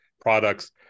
products